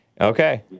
Okay